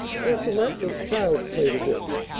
courcellete was child's play to this.